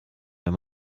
wenn